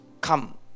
come